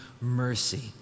mercy